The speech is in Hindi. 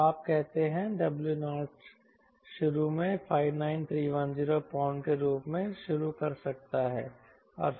तो आप कहते हैं 𝑊0 शुरू में 59310 पाउंड के रूप में शुरू कर सकता हूं